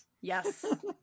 Yes